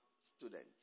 student